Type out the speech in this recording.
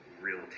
real